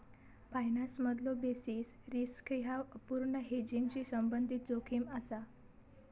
फायनान्समधलो basis risk ह्या अपूर्ण हेजिंगशी संबंधित जोखीम असा